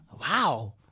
Wow